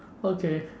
okay